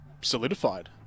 solidified